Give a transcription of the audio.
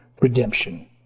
redemption